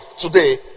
today